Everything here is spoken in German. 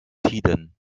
tiden